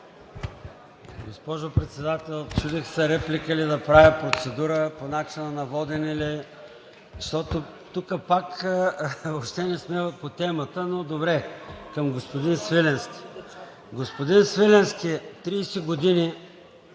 Господин Свиленски, 30 години.